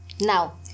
Now